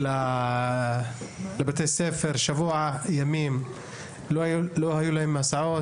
לאחר שבוע ימים שלא היו להם הסעות.